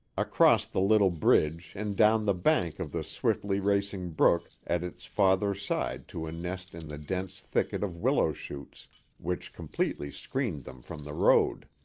across the little bridge and down the bank of the swiftly racing brook at its farther side to a nest in the dense thicket of willow-shoots which completely screened them from the road.